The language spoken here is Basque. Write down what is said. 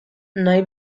nahi